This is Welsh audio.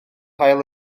hail